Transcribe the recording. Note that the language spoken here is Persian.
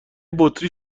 بطری